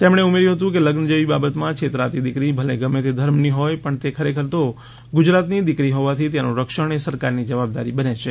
તેમણે ઉમેર્યું હતું કે લગ્ન જેવી બાબતમાં છેતરાતી દીકરી ભલે ગમે તે ધર્મની હોય પણ તે ખરેખર તો ગુજરાતની દીકરી હોવાથી તેનું રક્ષણ એ સરકારની જવાબદારી બને છે